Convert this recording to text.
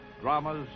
dramas